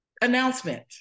Announcement